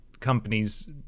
companies